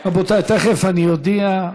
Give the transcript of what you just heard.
רבותיי, תכף אני אודיע.